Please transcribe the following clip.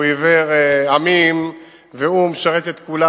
הוא עיוור עמים והוא משרת את כולם,